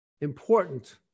important